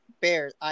Bears